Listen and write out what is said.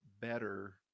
better